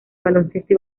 baloncesto